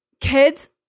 kids